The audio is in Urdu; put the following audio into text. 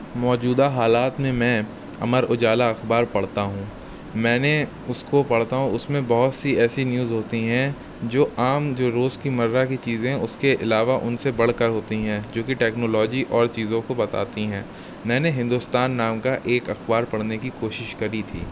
موجودہ حالات میں امر اجالا اخبار پڑھتا ہوں میں نے اس کو پڑھتا ہوں اس میں بہت سی ایسی نیوز ہوتی ہیں جو عام جو روز کی مرہ کی چیزیں ہیں اس کے علاوہ ان سے بڑھ کر ہوتی ہیں جو کہ ٹیکنالوجی اور چیزوں کو بتاتی ہیں میں نے ہندوستان نام کا ایک اخبار پڑھنے کی کوشش کری تھی